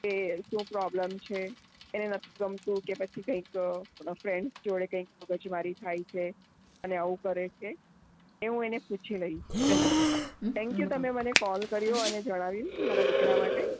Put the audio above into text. કે શું પ્રોબ્લમ છે એને નથી ગમતું કે પછી કંઈક ફ્રેન્ડ્સ જોડે કંઈક મગજમારી થાય છે અને આવું કરે છે એ હું એને પૂછી લઈશ હ થેંક્યું તમે મને કોલ કર્યો અને જણાવ્યું મારા દીકરા માટે